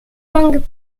langues